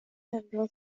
central